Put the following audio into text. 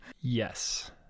Yes